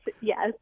yes